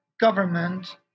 government